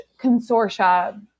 consortia